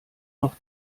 noch